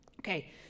okay